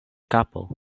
kapo